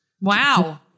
Wow